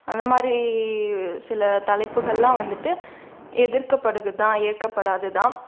அந்த மாதிரி சில தலைப்புகள்லாம் வந்துட்டு எதிர்க்கப்படுவது தான் ஏற்கப்படாது தான்